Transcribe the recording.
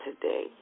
today